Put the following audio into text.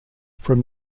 from